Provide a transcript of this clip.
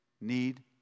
need